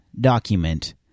document